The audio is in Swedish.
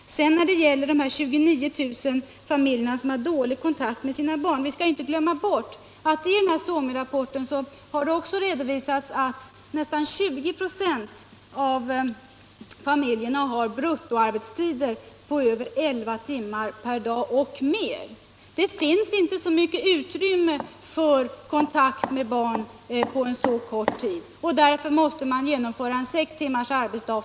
När vi talar om att 29 000 familjer har dålig kontakt med sina barn | skall vi inte glömma bort att det i SOMI-rapporten också har redovisats att nästan 20 96 av föräldrarna har bruttoarbetstider på elva timmar och I | mer per dag. Det finns inte så mycket utrymme för kontakt med barn | på den korta tid som blir över, och därför måste man genomföra sex | timmars arbetsdag för alla arbetstagare.